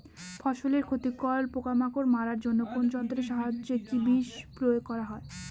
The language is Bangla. ফসলের ক্ষতিকর পোকামাকড় মারার জন্য কোন যন্ত্রের সাহায্যে বিষ প্রয়োগ করা হয়?